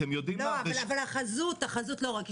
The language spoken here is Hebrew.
אדוני היושב-ראש, תבין איך המדינה שלנו עובדת.